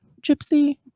Gypsy